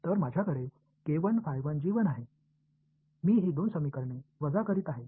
तर माझ्याकडे आहे मी ही दोन समीकरणे वजा करीत आहे